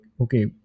okay